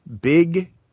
big